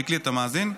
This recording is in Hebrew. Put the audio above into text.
שיקלי, אתה מאזין?